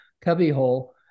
cubbyhole